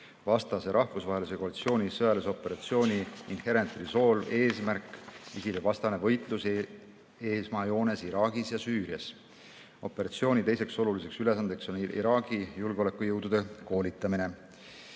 vastane rahvusvahelise koalitsiooni sõjaline operatsioon Inherent Resolve, mille eesmärk on ISIL-i vastane võitlus esmajoones Iraagis ja Süürias. Operatsiooni teiseks oluliseks ülesandeks on Iraagi julgeolekujõudude koolitamine.